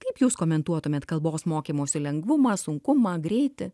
kaip jūs komentuotumėt kalbos mokymosi lengvumą sunkumą greitį